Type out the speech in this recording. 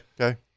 okay